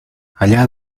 allá